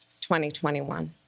2021